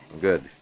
Good